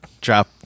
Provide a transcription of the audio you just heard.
drop